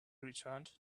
returned